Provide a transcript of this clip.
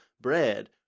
bread